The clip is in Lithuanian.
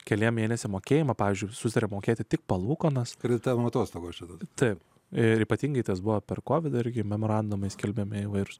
keliems mėnesiams mokėjimą pavyzdžiui sutariame mokėti tik palūkanas kreditavimo atostogos taip ir ypatingai tas buvo per covid argi memorandume skelbiami įvairūs